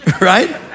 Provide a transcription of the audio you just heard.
right